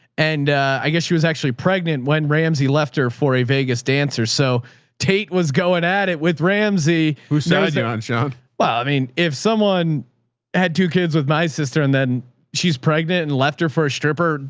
and i guess she was actually pregnant when ramsey left her for a vegas dancer. so tate was going at it with ramsey, who said, yeah um ah wow. i mean, if someone had two kids with my sister and then she's pregnant and left her for a stripper,